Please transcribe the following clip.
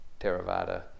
Theravada